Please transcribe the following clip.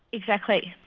exactly.